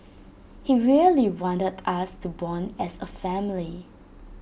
he really wanted us to Bond as A family